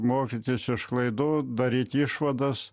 mokytis iš klaidų daryt išvadas